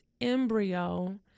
embryo